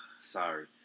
Sorry